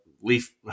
leaf